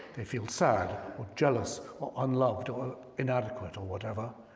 they feel sad or jealous or unloved or inadequate or whatever.